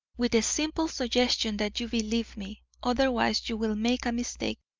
with the simple suggestion that you believe me otherwise you will make a mistake.